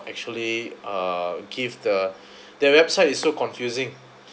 actually uh give the the website is so confusing